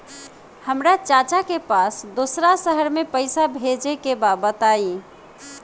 हमरा चाचा के पास दोसरा शहर में पईसा भेजे के बा बताई?